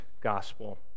gospel